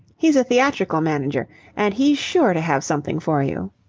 he's a theatrical manager and he's sure to have something for you.